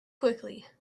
quickly